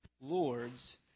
lords